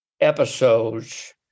episodes